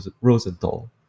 Rosenthal